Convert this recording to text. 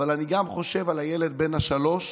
אבל אני גם חושב על הילד בן השלוש